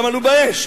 כולם עלו באש.